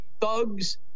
thugs